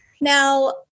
Now